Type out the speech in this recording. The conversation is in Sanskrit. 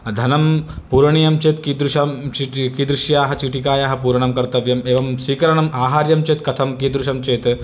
धनं पूरणीयं चेत् कीदृशं चिटि कीदृश्याः चीतिकायाः पूरणं कर्तव्यम् एवं स्वीकरणम् आहार्यं चेत् कथं कीदृशं चेत्